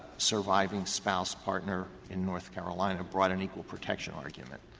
surviving spouse, partner in north carolina, brought an equal protection argument,